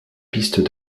piste